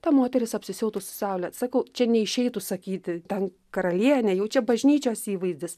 ta moteris apsisiautus saule sakau čia neišeitų sakyti ten karalienė jau čia bažnyčios įvaizdis